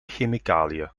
chemicaliën